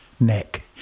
neck